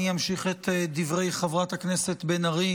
אני אמשיך את דברי חברת הכנסת בן ארי